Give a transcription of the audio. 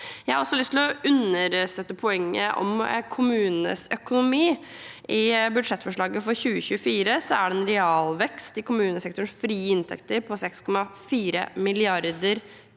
for kulturskolen te poenget om kommunenes økonomi. I budsjettforslaget for 2024 er det en realvekst i kommunesektorens frie inntekter på 6,4 mrd. kr.